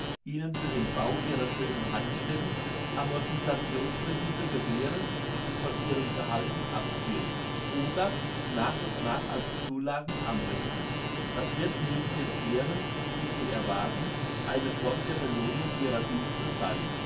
ihnen für den bau ihrer schönen heimstätten amortisationscredite gewähren und von ihren gehalten abziehen oder nach und nach als zulagen anrechnen das wird neben den ehren die sie erwarten eine form der belohnung ihrer dienste sein